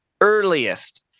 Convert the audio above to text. earliest